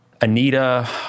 Anita